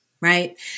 right